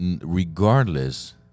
Regardless